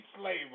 slavery